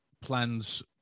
Plans